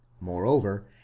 moreover